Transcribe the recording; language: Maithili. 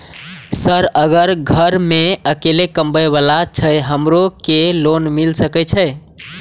सर अगर घर में अकेला कमबे वाला छे हमरो के लोन मिल सके छे?